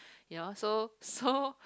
ya so so